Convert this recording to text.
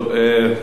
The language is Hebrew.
כפי שנאמר,